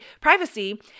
privacy